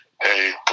hey